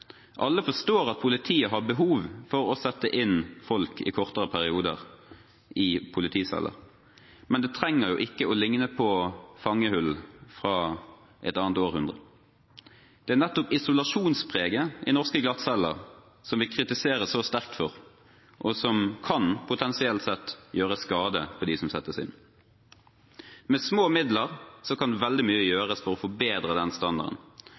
Alle forstår at politiet har behov for å sette inn folk i kortere perioder i politiceller, men det trenger jo ikke å likne på fangehull fra et annet århundre. Det er nettopp isolasjonspreget i norske glattceller som vi kritiseres så sterkt for, og som potensielt sett kan gjøre skade på dem som settes inn. Med små midler kan veldig mye gjøres for å forbedre den standarden.